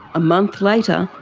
a month later,